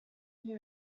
who